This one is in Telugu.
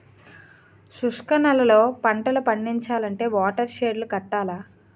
శుష్క నేలల్లో పంటలు పండించాలంటే వాటర్ షెడ్ లు కట్టాల